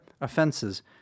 offenses